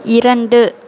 இரண்டு